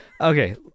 okay